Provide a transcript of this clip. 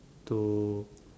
to